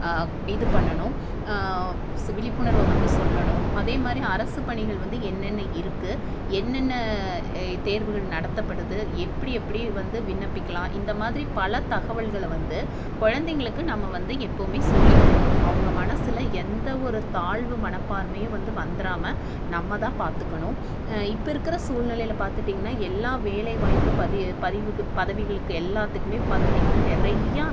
இது பண்ணணும் சி விழிப்புணர்வ வந்து சொல்லணும் அதே மாதிரி அரசுப் பணிகள் வந்து என்னென்ன இருக்குது என்னென்ன தேர்வுகள் நடத்தப்படுது எப்படி எப்படி வந்து விண்ணப்பிக்கலாம் இந்த மாதிரி பல தகவல்களை வந்து குழந்தைங்களுக்கு நம்ம வந்து எப்போதுமே சொல்லிக் கொடுக்குணும் அவங்க மனசில் எந்த ஒரு தாழ்வு மனப்பான்மையும் வந்து வந்துடாம நம்ம தான் பார்த்துக்கணும் இப்போ இருக்கிற சூழ்நெலையில பார்த்திட்டிங்கனா எல்லா வேலைவாய்ப்பு பதி பதிவுக்கு பதவிகளுக்கு எல்லாத்துக்குமே பாத்திட்டிங்கனா நிறையா